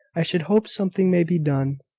i should hope something may be done.